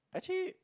actually